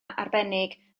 arbennig